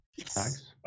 Thanks